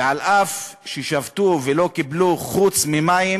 אף ששבתו ולא קיבלו דבר חוץ ממים